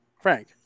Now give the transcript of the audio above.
Frank